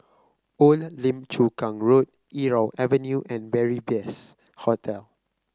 Old Lim Chu Kang Road Irau Avenue and Beary Best Hotel